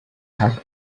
have